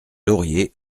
lauriers